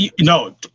No